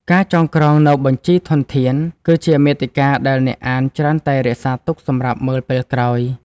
ការចងក្រងនូវបញ្ជីធនធាន គឺជាមាតិកាដែលអ្នកអានច្រើនតែរក្សាទុកសម្រាប់មើលពេលក្រោយ។